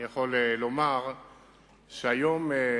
אני יכול לומר שהיום,